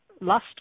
last